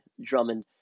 Drummond